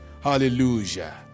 hallelujah